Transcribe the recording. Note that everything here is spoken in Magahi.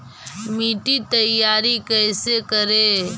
मिट्टी तैयारी कैसे करें?